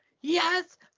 yes